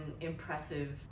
impressive